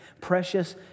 Precious